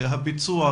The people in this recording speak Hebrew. הביצוע,